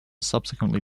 subsequently